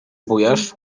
bujasz